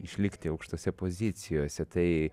išlikti aukštose pozicijose tai